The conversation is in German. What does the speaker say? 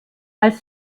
als